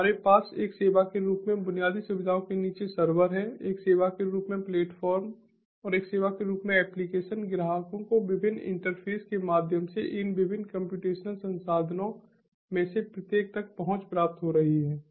तो हमारे पास एक सेवा के रूप में बुनियादी सुविधाओं के नीचे सर्वर हैं एक सेवा के रूप में प्लेटफ़ॉर्म और एक सेवा के रूप में एप्लीकेशन ग्राहकों को विभिन्न इंटरफेस के माध्यम से इन विभिन्न कम्प्यूटेशनल संसाधनों में से प्रत्येक तक पहुंच प्राप्त हो रही है